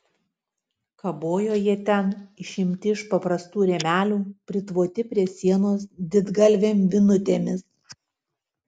kabojo jie ten išimti iš paprastų rėmelių pritvoti prie sienos didgalvėm vinutėmis